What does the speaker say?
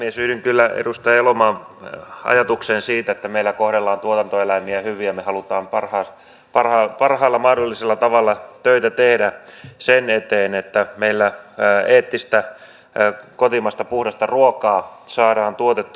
yhdyn kyllä edustaja elomaan ajatukseen siitä että meillä kohdellaan tuotantoeläimiä hyvin ja me haluamme parhaalla mahdollisella tavalla töitä tehdä sen eteen että meillä eettistä puhdasta kotimaista ruokaa saadaan tuotettua